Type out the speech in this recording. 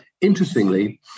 interestingly